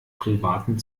privaten